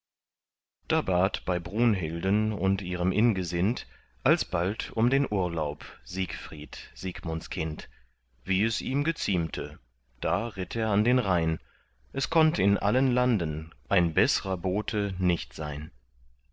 da bat bei brunhilden und ihrem ingesind alsbald um den urlaub siegfried siegmunds kind wie es ihm geziemte da ritt er an den rhein es konnt in allen landen ein beßrer bote nicht sein